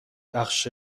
بخش